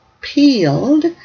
peeled